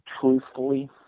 truthfully